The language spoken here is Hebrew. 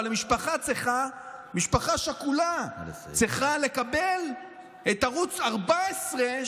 אבל משפחה שכולה צריכה לקבל את ערוץ 14,